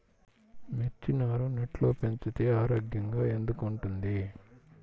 మిర్చి నారు నెట్లో పెంచితే ఆరోగ్యంగా ఎందుకు ఉంటుంది?